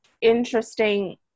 interesting